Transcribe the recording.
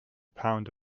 pound